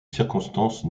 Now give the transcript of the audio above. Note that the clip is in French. circonstances